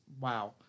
wow